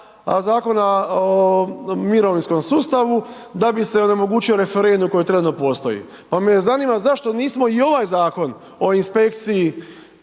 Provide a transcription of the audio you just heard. Zakona o mirovinskog sustavu, da bi se omogućio referendum koji trenutno postoji. Pa me zanima zašto nismo i ovaj Zakon o inspekciji